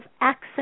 access